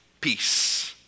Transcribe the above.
peace